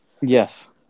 Yes